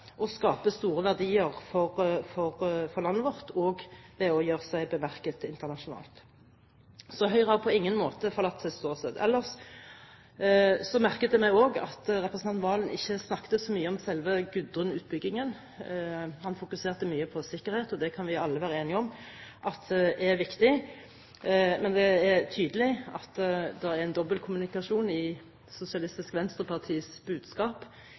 store verdier for landet vårt og gjør seg også bemerket internasjonalt. Høyre har på ingen måte forlatt sitt ståsted. Ellers merket jeg meg også at representanten Serigstad Valen ikke snakket så mye om selve Gudrun-utbyggingen. Han fokuserte mye på sikkerhet, og det kan vi alle være enige om er viktig. Men det er tydelig at det er en dobbeltkommunikasjon i Sosialistisk Venstrepartis budskap